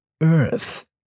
earth